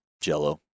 jello